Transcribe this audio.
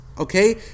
okay